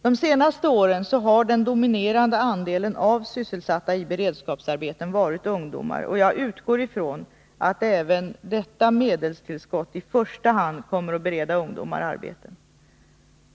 De senaste åren har den dominerande andelen av sysselsatta i beredskapsarbete varit ungdomar, och jag utgår från att även detta medelstillskott i första hand kommer att bereda ungdomar arbete.